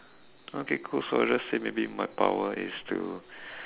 okay cool so I'll just say maybe my power is still